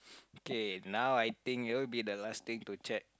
okay now I think you will be the last thing to check